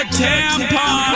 tampon